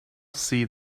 see